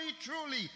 truly